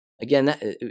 Again